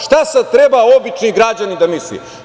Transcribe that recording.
Šta sad treba običan građanin da misli?